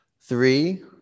three